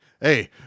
Hey